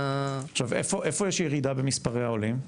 איפה יש ירידה במספרי העולים?